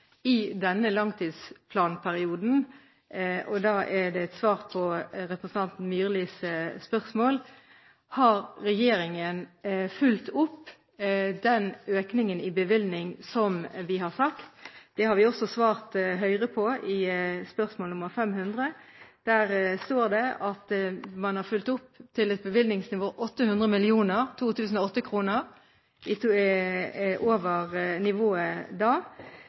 i denne langtidsplanperioden har fulgt opp den økningen i bevilgning som vi har sagt. Det har vi også svart til Høyre i svar på spørsmål nr. 500. Der står det at man i 2012 har fylt opp til et bevilgningsnivå 800 mill. 2008-kroner over nivået da.